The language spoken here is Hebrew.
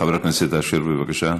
חבר הכנסת יעקב אשר, בבקשה.